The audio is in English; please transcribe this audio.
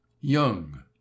young